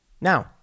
Now